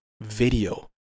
video